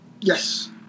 Yes